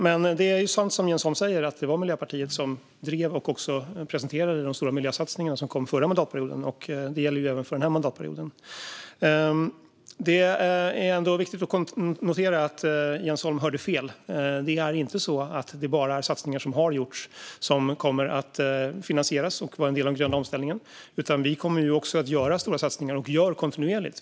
Men det är sant som Jens Holm säger att det var Miljöpartiet som drev och presenterade de stora miljösatsningarna som kom förra mandatperioden, och det gäller ju även för den här mandatperioden. Det är viktigt att notera att Jens Holm hörde fel. Det är inte så att det bara är satsningar som har gjorts som kommer att finansieras och vara en del av den gröna omställningen, utan vi kommer också att göra stora satsningar - och vi gör det kontinuerligt.